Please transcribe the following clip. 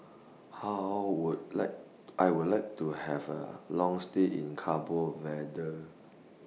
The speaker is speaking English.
How Would like I Would like to Have A Long stay in Cabo Verde